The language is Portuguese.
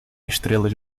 estrelas